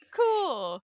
cool